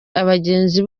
abagenzi